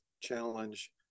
challenge